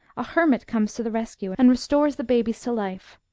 a hermit comes to the rescue, and restores the babies to life.